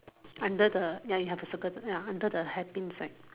under the ya you have to circle under the hair pin sign